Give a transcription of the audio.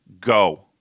Go